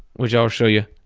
which i'll show you.